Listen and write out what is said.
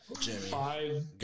Five